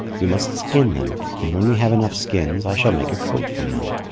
you must skin them and when we have enough skins, i shall make a coat from them.